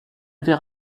avait